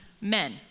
men